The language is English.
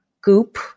Goop